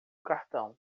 cartão